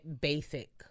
basic